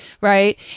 right